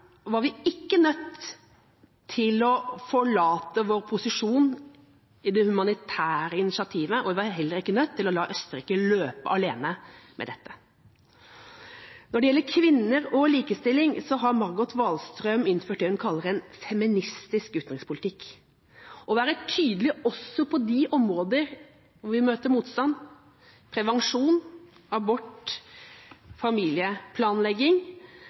var vi ikke nødt til å forlate vår posisjon i det humanitære initiativet, og vi var heller ikke nødt til å la Østerrike løpe alene med dette. Når det gjelder kvinner og likestilling, har Margot Wallström innført det hun kaller en feministisk utenrikspolitikk. Å være tydelig også på de områder hvor vi møter motstand – prevensjon, abort, familieplanlegging